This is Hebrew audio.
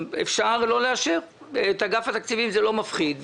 אפשר לא לאשר, את אגף התקציבים זה לא מפחיד.